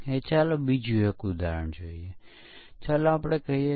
હવે ચાલો જોઈએ કે પ્રોગ્રામર કેવા પ્રકારની ભૂલો કરે છે